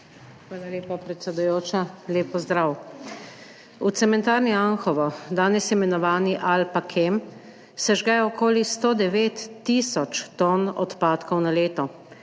Hvala lepa, predsedujoča. Lep pozdrav! V cementarni Anhovo, danes imenovani Alpacem, se žge okoli 109 tisoč ton odpadkov na leto,